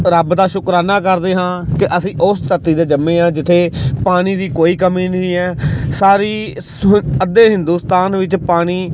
ਰੱਬ ਦਾ ਸ਼ੁਕਰਾਨਾ ਕਰਦੇ ਹਾਂ ਕਿ ਅਸੀਂ ਉਸ ਧਰਤੀ 'ਤੇ ਜੰਮੇ ਹਾਂ ਜਿੱਥੇ ਪਾਣੀ ਦੀ ਕੋਈ ਕਮੀ ਨਹੀਂ ਹੈ ਸਾਰੀ ਸ ਅੱਧੇ ਹਿੰਦੁਸਤਾਨ ਵਿੱਚ ਪਾਣੀ